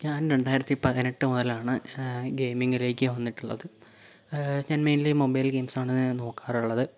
ഞാൻ രണ്ടായിരത്തിപ്പതിനെട്ട് മുതലാണ് ഗെയിമിങ്ങിലേക്ക് വന്നിട്ടുള്ളത് ഞാൻ മെയിൻലി മൊബൈൽ ഗെയിംസാണ് നോക്കാറുള്ളത്